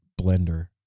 blender